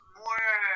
more